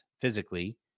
physically